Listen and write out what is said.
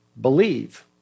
believe